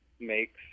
makes